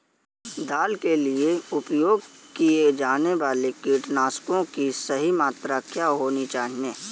दाल के लिए उपयोग किए जाने वाले कीटनाशकों की सही मात्रा क्या होनी चाहिए?